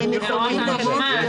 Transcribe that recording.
אני מכיר את התחום הזה.